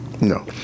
No